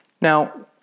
now